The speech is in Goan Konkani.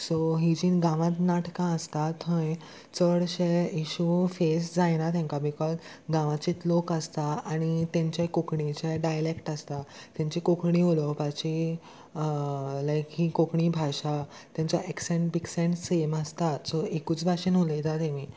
सो हीं जीं गांवांत नाटकां आसता थंय चडशे इशू फेस जायना तेंकां बिकॉज गांवाचेत लोक आसता आनी तेंचे कोंकणीचे डायलॅक्ट आसता तेंची कोंकणी उलोवपाची लायक ही कोंकणी भाशा तेंचो एक्सेंट बिक्सेंट सेम आसता सो एकूच भाशेन उलयता तेमी